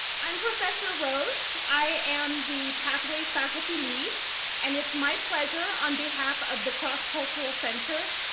i'm professor rose, i am the pathways faculty lead and it's my pleasure on behalf of the cross-cultural center,